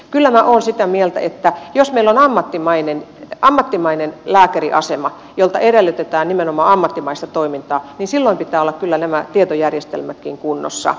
kyllä minä olen sitä mieltä että jos meillä on ammattimainen lääkäriasema jolta edellytetään nimenomaan ammattimaista toimintaa niin silloin pitää olla kyllä näiden tietojärjestelmienkin kunnossa